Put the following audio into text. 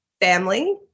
family